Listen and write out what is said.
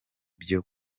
byo